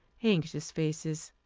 anxious faces.